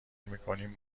میکنیم